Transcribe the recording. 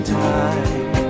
time